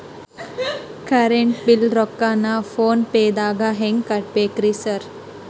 Current bill ರೊಕ್ಕಾನ phone ಪೇದಾಗ ಹೆಂಗ್ ಕಟ್ಟಬೇಕ್ರಿ ಸರ್?